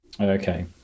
Okay